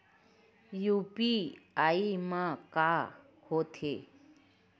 UPI मा का होथे?